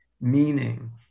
meaning